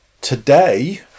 today